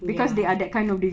ya ya